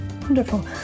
Wonderful